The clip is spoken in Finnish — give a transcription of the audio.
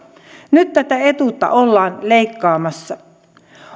nyt tätä etuutta ollaan leikkaamassa